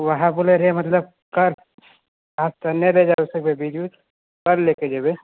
ओहा बोलै रहै मतलब कल आज त नहि लए जा सकबै बीज ऊज कल लेके जेबै